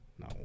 No